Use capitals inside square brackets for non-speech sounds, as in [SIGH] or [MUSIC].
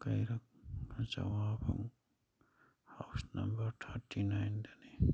ꯀꯩꯔꯛ [UNINTELLIGIBLE] house number thirty ꯅꯥꯏꯟꯗꯅꯤ